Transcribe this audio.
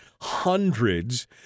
hundreds